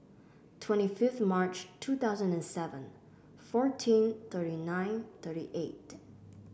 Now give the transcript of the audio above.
twenty fifth March two thousand and seven fourteen thirty nine thirty eight